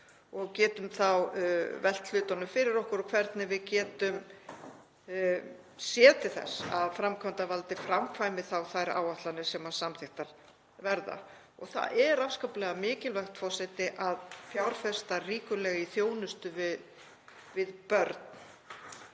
og getum þá velt hlutunum fyrir okkur og hvernig við getum séð til þess að framkvæmdarvaldið framkvæmi þá þær áætlanir sem samþykktar verða. Það er afskaplega mikilvægt, forseti, að fjárfesta ríkulega í þjónustu við börn.